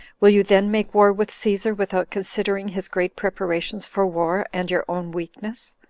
will you then make war with caesar, without considering his great preparations for war, and your own weakness?